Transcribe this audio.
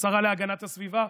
השרה להגנת הסביבה,